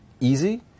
easy